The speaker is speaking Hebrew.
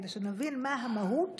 כדי שנבין מה המהות